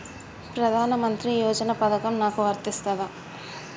ప్రధానమంత్రి యోజన పథకం నాకు వర్తిస్తదా?